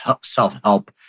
self-help